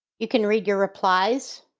you can read your replies,